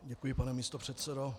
Děkuji, pane místopředsedo.